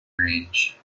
range